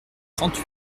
trente